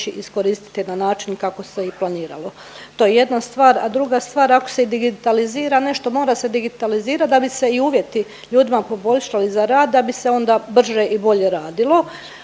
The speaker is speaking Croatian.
to moći iskoristiti na način kako se i planiralo. To je jedna stvar, a druga stvar, ako se i digitalizira nešto, mora se digitalizirati da bi se i uvjeti ljudi poboljšali za rad, da bi se onda brže i bolje radilo,